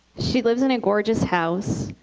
she lives in a gorgeous house.